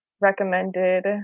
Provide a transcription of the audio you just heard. recommended